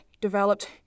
developed